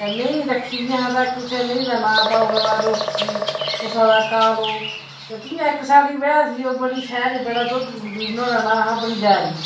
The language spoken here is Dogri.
ते मेंहीं ही रक्खियां दियां हा ते कुसै मेहीं दा नांऽ पाउ ओड़े दा रोसी कुसै दा कालो ते इयां इक साढ़ी मैंह् ही ओह् बड़ी शैल ही बड़ा दुद्ध दिंदी ही नुहाड़ा नांऽ हा बनजारी